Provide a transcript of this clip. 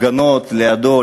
הפגנות לידו,